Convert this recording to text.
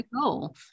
cool